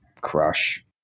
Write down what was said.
crush